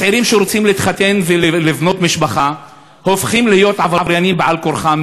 הצעירים שרוצים להתחתן ולבנות משפחה הופכים להיות עבריינים על-כורחם,